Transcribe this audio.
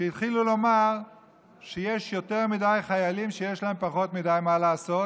שהתחילו לומר שיש יותר מדי חיילים שיש להם פחות מדי מה לעשות,